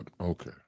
okay